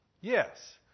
yes